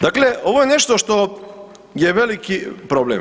Dakle, ovo je nešto što je veliki problem.